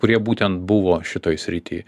kurie būtent buvo šitoj srity